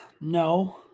no